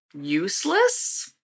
useless